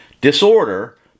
Disorder